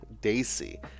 Daisy